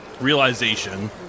realization